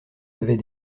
avait